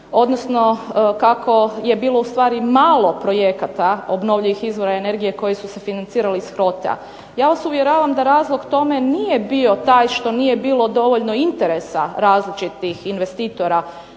odnosno kako je bilo malo projekata obnovljivih izvora energije koji su se financirali iz HROTE-a, ja vas uvjeravam da razlog tome nije bio taj što nije bilo dovoljno interesa različitih investitora